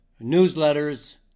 newsletters